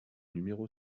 numéro